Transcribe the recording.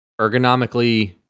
Ergonomically